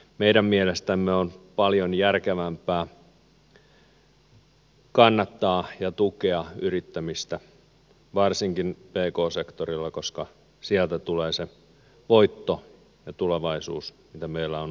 meidän mielestämme on paljon järkevämpää kannattaa ja tukea yrittämistä varsinkin pk sektorilla koska sieltä tulee se voitto ja tulevaisuus mitä meillä on otettavissa